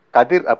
Kadir